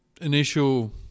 initial